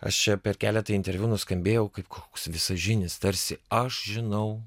aš čia per keletą interviu nuskambėjau kaip koks visažinis tarsi aš žinau